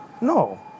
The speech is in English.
no